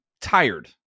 tired